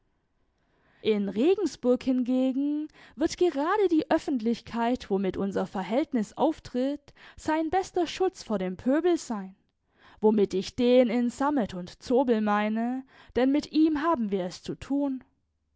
in regensburg hingegen wird gerade die öffentlichkeit womit unser verhältnis auftritt sein bester schutz vor dem pöbel sein womit ich den in sammet und zobel meine denn mit ihm haben wir es zu tun